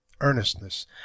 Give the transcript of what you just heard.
earnestness